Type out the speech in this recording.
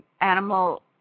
Animal